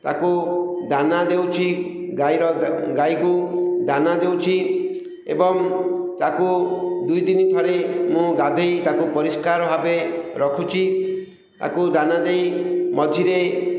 ତାକୁ ଦାନା ଦେଉଛି ଗାଈର ଗାଈକୁ ଦାନା ଦେଉଛି ଏବଂ ତାକୁ ଦୁଇ ଦିନ ଥରେ ମୁଁ ଗାଧୋଇ ତାକୁ ପରିଷ୍କାର ଭାବେ ରଖୁଛି ତାକୁ ଦାନା ଦେଇ ମଝିରେ